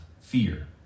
fear